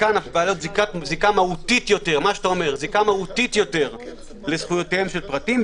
חלקן בלות זיקה מהותית יותר לזכויותיהם של פרטים,